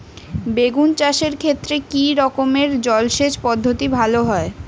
বেগুন চাষের ক্ষেত্রে কি রকমের জলসেচ পদ্ধতি ভালো হয়?